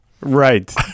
Right